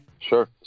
Sure